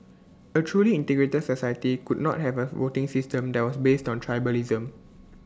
A truly integrated society could not have A voting system that was based on tribalism